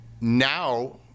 Now